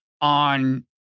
on